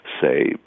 say